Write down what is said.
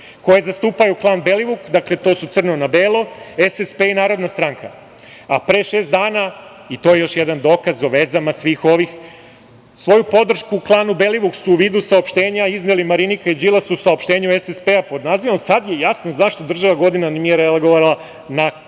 koje zastupaju klan Belivuku. Dakle, to su Crno na belo, SSP i Narodna stranka, a pre šest dana, i to je još jedan dokaz o vezama svih ovih, svoju podršku klanu Belivuk su u vidu saopštenja izneli Marinika i Đilas u saopštenju SSP-a pod nazivom - Sada je jasno zašto država godinama nije reagovala na, kako